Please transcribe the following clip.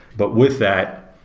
but with that,